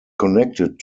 connected